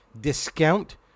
discount